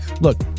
Look